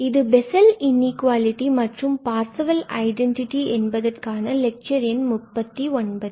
இது Bessel's inequality மற்றும் Parseval identity என்பதற்கான லெக்சர் எண் 39